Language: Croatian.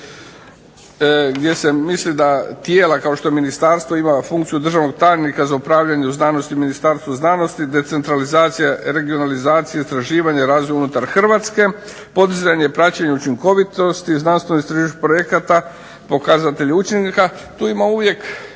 gdje se misli da tijelo kao što je Ministarstvo ima funkciju državnog tajnika za upravljanje u znanosti u Ministarstvu znanosti, decentralizacija regionalizacije, istraživanje i razvoj unutar Hrvatske. Podizanje praćenja učinkovitosti, znanstveno istraživačkih projekata, pokazatelj učinka, tu ima uvijek